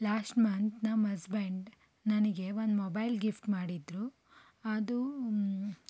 last month ನಮ್ಮ husband ನನಗೆ ಒಂದು ಮೊಬೈಲ್ ಗಿಫ್ಟ್ ಮಾಡಿದ್ರು ಅದು